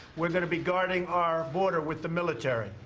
we're gonna be guarding our border with the military.